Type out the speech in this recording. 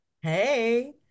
Hey